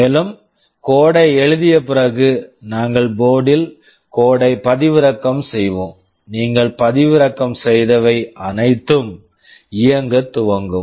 மேலும் code code ஐ எழுதிய பிறகு நாங்கள் போர்ட்டு board ல் கோட் code ஐ பதிவிறக்கம் செய்வோம் நீங்கள் பதிவிறக்கம் செய்தவை அனைத்தும் இயங்கத் துவங்கும்